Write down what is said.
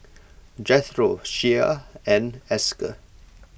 Jethro Shea and Esker